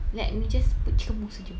like we just put chicken mousse jer